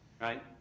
Right